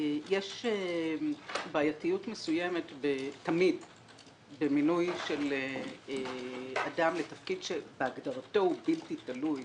יש בעייתיות מסוימת במינוי של אדם לתפקיד שבהגדרתו הוא בלתי תלוי.